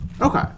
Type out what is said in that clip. Okay